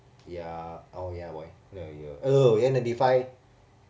ya oh ya why N ninety five